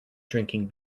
drinking